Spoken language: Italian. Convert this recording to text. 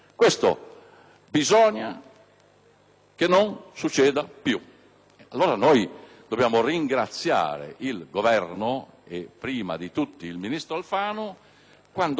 che non succeda più. Dobbiamo allora ringraziare il Governo e, primo fra tutti, il ministro Alfano quando interviene con questa norma